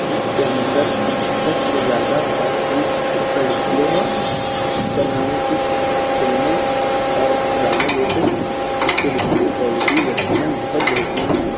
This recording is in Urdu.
اس کے اندر سب سے زیادہ خاص چیز اس کا ڈسپلے ہے جس پر میں نے کچھ فلمیں اور گانے دیکھے اس کے ڈسپلے کی کوالٹی یقیناً بہت بہترین ہیں